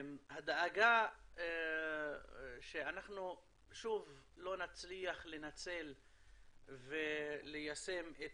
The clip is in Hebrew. הדאגה שאנחנו שוב לא נצליח לנצל וליישם את